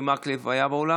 היה באולם?